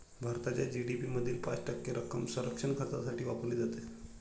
भारताच्या जी.डी.पी मधील पाच टक्के रक्कम संरक्षण खर्चासाठी वापरली जाते